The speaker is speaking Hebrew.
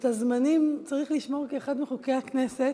את הזמנים צריך לשמור כאחד מחוקי הכנסת,